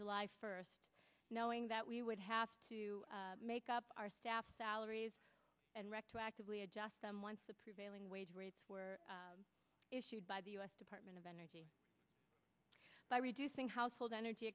july first knowing that we would have to make up our staff salaries and rec to actively adjust them once the prevailing wage rates were issued by the u s department of energy by reducing household energy